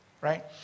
Right